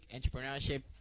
entrepreneurship